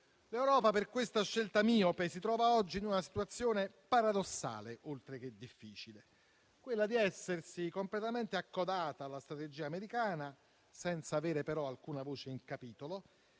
L'Europa per questa scelta miope si trova oggi in una situazione paradossale, oltre che difficile: quella di essersi completamente accodata alla strategia americana senza avere, però, alcuna voce in capitolo